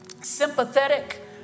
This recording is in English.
sympathetic